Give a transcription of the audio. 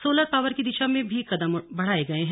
solar power की दिशा में भी कदम बढ़ाये गये हैं